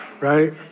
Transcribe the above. right